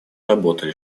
работали